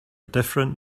different